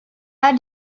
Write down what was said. are